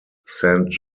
saint